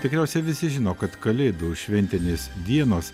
tikriausiai visi žino kad kalėdų šventinės dienos